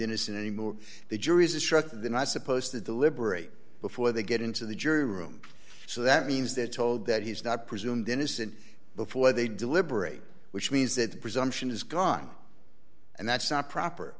innocent anymore the jury is instructed than i supposed to deliberate before they get into the jury room so that means they're told that he's not presumed innocent before they deliberate which means that presumption is gone and that's not proper